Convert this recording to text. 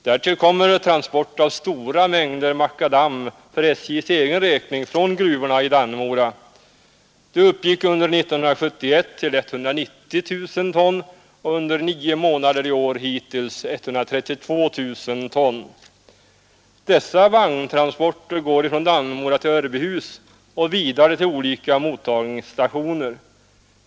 Därtill kommer transport av stora mängder makadam för SJ:s egen räkning från gruvorna i Dannemora. Den transporten uppgick under 1971 till 190 000 ton och under nio månader i år har den kommit upp i 132 000 ton. Dessa vagntransporter går från Dannemora till Örbyhus och vidare till olika mottagningsstationer.